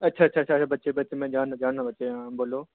अच्छा अच्छा अच्छा बच्चे बच्चे में जानना जानना बच्चे आं बोल्लो